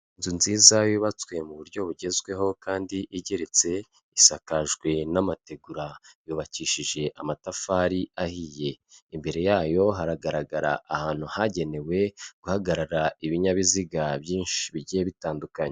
Inzu nziza yubatswe mu buryo bugezwehokandi igeretse, isakajwe n'amategura yubakishije amatafari ahiye, imbere yayo haragaragara ahantu hagenewe guhagarara ibinyabiziga byinshi bigiye bitandukanye.